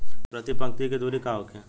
प्रति पंक्ति के दूरी का होखे?